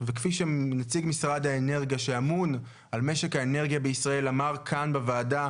וכפי שנציג משרד האנרגיה שאמון על משק האנרגיה בישראל אמר כאן בוועדה,